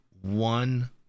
one